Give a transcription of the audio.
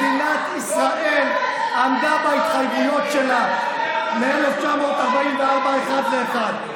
מדינת ישראל עמדה בהתחייבויות שלה מ-1944 אחת לאחת,